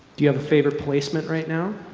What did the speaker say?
do you have a favorite placement right now?